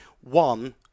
one